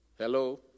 Hello